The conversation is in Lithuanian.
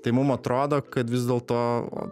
tai mum atrodo kad vis dėlto